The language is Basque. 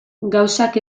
gauzak